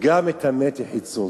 וגם את המת יחצו".